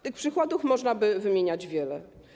Tych przykładów można by wymieniać wiele.